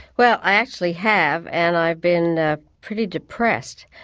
well, i actually have. and i've been ah pretty depressed,